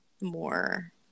more